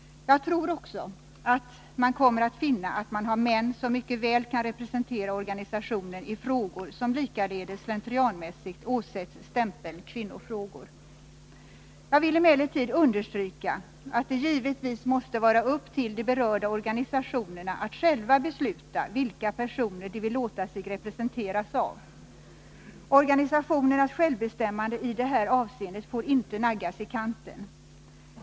Jag tror också att man kommer att finna att man har män som mycket väl kan representera organisationen i frågor som likaledes slentrianmässigt åsätts stämpeln kvinnofrågor. Jag vill emellertid understryka att det givetvis måste ankomma på de berörda organisationerna själva att besluta vilka personer de vill låta sig representeras av. Organisationernas självbestämmande i det här avseendet får inte naggas i kanten.